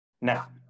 Now